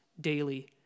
daily